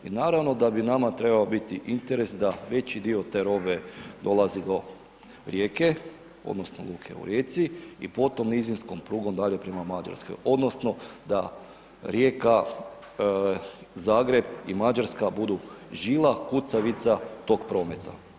I naravno da bi nama trebao biti interes da veći dio te robe dolazi do Rijeke odnosno luke u Rijeci i potom nizinskom prugom dalje prema Mađarskoj odnosno da Rijeka, Zagreb i Mađarska budu žila kucavica tog prometa.